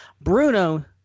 Bruno